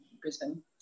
Brisbane